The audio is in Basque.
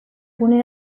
gune